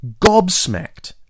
gobsmacked